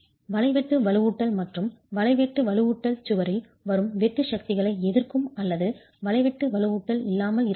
வலை வெட்டு வலுவூட்டல் மற்றும் வலை வெட்டு வலுவூட்டல் சுவரில் வரும் வெட்டு சக்திகளை எதிர்க்கும் அல்லது வலை வெட்டு வலுவூட்டல் இல்லாமல் இருக்க வேண்டும்